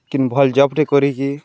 କେନ୍ ଭଲ୍ ଜବ୍ଟେ କରିକି